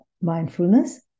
mindfulness